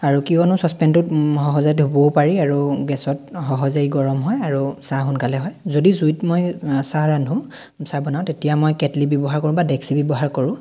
আৰু কিয়নো চচপেনটোত সহজে ধুবও পাৰি আৰু গেছত সহজেই গৰম হয় আৰু চাহ সোনকালে হয় যদি জুইত মই চাহ ৰান্ধো চাহ বনাওঁ তেতিয়া মই কেট্লি ব্যৱহাৰ কৰোঁ বা ডেক্সি ব্যৱহাৰ কৰোঁ